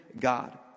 God